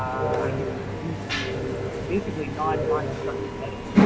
i can do do you know basically non-destructive editing.